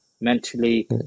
mentally